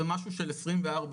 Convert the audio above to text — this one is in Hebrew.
זה משהו של 24/7,